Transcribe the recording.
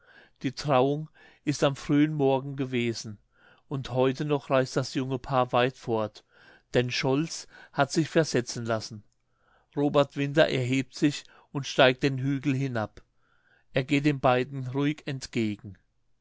die trauung ist am frühen morgen gewesen und heute noch reist das junge paar weit fort denn scholz hat sich versetzen lassen robert winter erhebt sich und steigt den hügel hinab er geht den beiden ruhig entgegen